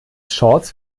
shorts